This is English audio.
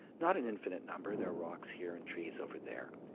not an infinite number, there are rocks here and trees over there.